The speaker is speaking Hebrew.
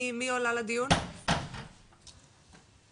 אני רוצה להתייחס לכמה דברים.